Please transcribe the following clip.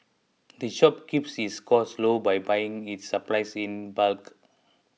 the shop keeps its costs low by buying its supplies in bulk